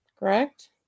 correct